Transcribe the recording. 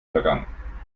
vergangen